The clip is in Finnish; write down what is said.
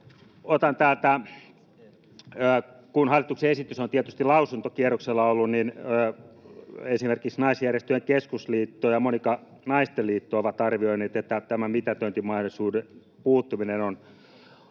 otan täältä... Kun hallituksen esitys on ollut tietysti lausuntokierroksella, niin esimerkiksi Naisjärjestöjen Keskusliitto ja Monika-Naiset liitto ovat arvioineet, että tämä mitätöintimahdollisuuden puuttuminen on